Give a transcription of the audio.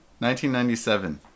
1997